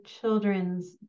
children's